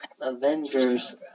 Avengers